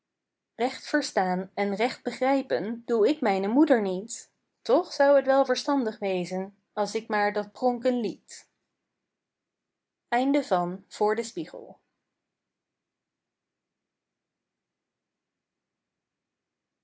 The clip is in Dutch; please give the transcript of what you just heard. recht verstaan en recht begrijpen doe ik mijne moeder niet toch zou t wel verstandig wezen als ik maar dat pronken liet